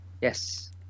Yes